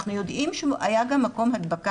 ושאנחנו יודעים שהוא היה גם מקום הדבקה